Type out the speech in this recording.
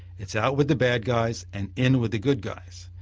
it's out with the bad guys and in with the good guys.